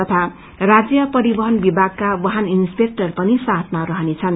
तथा राज्य परिवहन विभागका वाहन इन्सेपेक्अर पनि साथमा रहनेछन्